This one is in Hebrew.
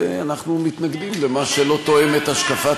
ואנחנו מתנגדים למה שלא תואם את השקפת